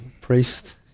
priest